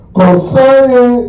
concerning